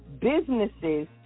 businesses